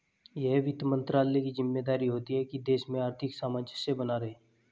यह वित्त मंत्रालय की ज़िम्मेदारी होती है की देश में आर्थिक सामंजस्य बना रहे